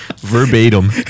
Verbatim